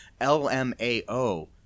LMAO